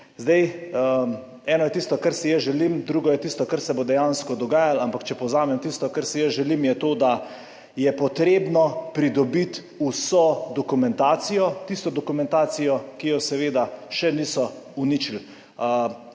Eno je tisto, kar si jaz želim, drugo je tisto, kar se bo dejansko dogajalo, ampak če povzamem tisto, kar si jaz želim, je to, da je treba pridobiti vso dokumentacijo, tisto dokumentacijo, ki je seveda še niso uničili.